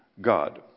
God